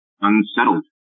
unsettled